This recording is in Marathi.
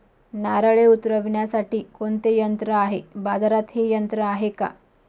नारळे उतरविण्यासाठी कोणते यंत्र आहे? बाजारात हे यंत्र आहे का?